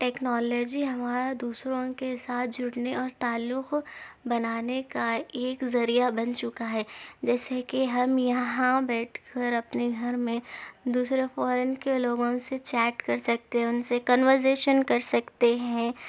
technology ہمارا دوسروں کے ساتھ جڑنے اور تعلق بنانے کا ایک ذریعہ بن چکا ہے جیسے کہ ہم یہاں بیٹھ کر اپنے گھر میں دوسرے فارن کے لوگوں سے چیٹ کر سکتے ہیں ان سے کنورسیشن کر سکتے ہیں